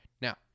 Now